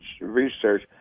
research